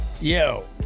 yo